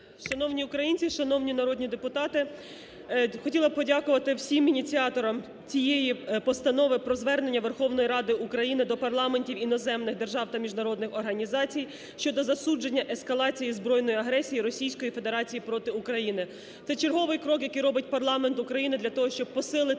Шановні українці, шановні народні депутати! Хотіла б подякувати всім ініціаторам цієї Постанови про звернення Верховної Ради України до парламентів іноземних держав та міжнародних організацій щодо засудження ескалації збройної агресії Російської Федерації проти України. Це черговий крок, який робить парламент України для того, щоб посилити